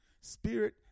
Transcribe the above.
Spirit